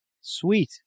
sweet